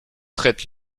traite